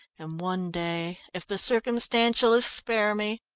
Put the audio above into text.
and one day, if the circumstantialists spare me